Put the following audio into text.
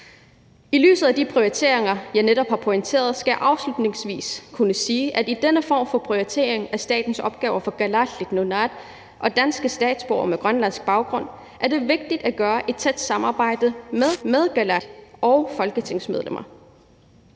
I lyset af de prioriteringer, jeg netop har pointeret, skal jeg afslutningsvis sige, at i denne form for prioritering af statens opgaver for Kalaalit Nunaat og danske statsborgere med grønlandsk baggrund er det vigtigt at have et tæt samarbejde mellem Kalaalit og folketingsmedlemmer.